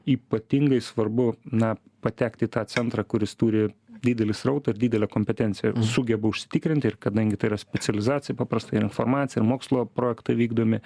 ypatingai svarbu na patekt į tą centrą kuris turi didelį srautą ir didelę kompetenciją ir sugeba užsitikrinti ir kadangi tai yra specializacija paprastai yra informacija ir mokslo projektai vykdomi